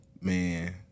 man